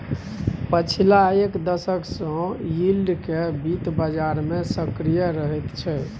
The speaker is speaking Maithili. पछिला एक दशक सँ यील्ड केँ बित्त बजार मे सक्रिय रहैत छै